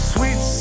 Sweet